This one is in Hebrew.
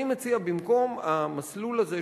אני מציע שבמקום המסלול הזה,